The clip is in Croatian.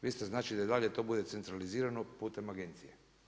Vi ste znači da i dalje to bude centralizirano putem agencije.